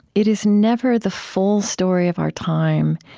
it is never the full story of our time.